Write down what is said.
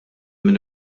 min